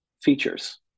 features